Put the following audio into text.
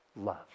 love